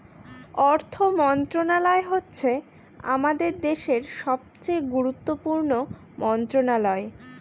অর্থ মন্ত্রণালয় হচ্ছে আমাদের দেশের সবচেয়ে গুরুত্বপূর্ণ মন্ত্রণালয়